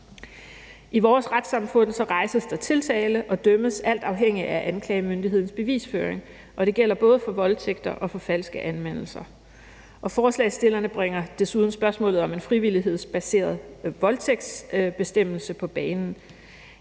I vores retssamfund rejses der tiltale og dømmes der alt afhængig af anklagemyndighedens bevisførelse, og det gælder både for voldtægter og for falske anmeldelser. Og forslagsstillerne bringer desuden spørgsmålet om en frivillighedsbaseret voldtægtsbestemmelse på banen.